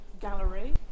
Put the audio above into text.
gallery